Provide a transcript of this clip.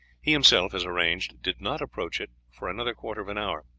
he himself, as arranged, did not approach it for another quarter of an hour,